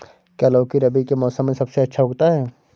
क्या लौकी रबी के मौसम में सबसे अच्छा उगता है?